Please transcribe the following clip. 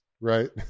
Right